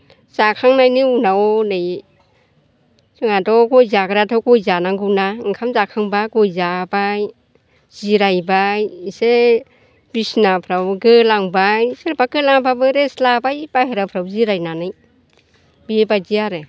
जाखांनायनि उनाव नै जोंहाथ' गय जाग्रायाथ' गय जानांगौना ओंखाम जाखांब्ला गय जाबाय जिरायबाय एसे बिसनाफ्राव गोलांबाय सोरबा गोलाङाब्लाबो रेस्ट लाबाय बाहेराफ्राव जिरायनानै बेबायदि आरो